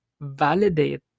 validate